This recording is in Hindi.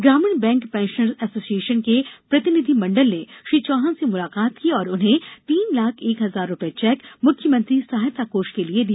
ग्रामीण बैंक पेंशनर्स एसोसियशन के प्रतिनिधि मंडल ने श्री चौहान से मुलाकात की और उन्हें तीन लाख एक हजार रूपये चेक मुख्यमंत्री सहायता कोष के लिए दिया